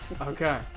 Okay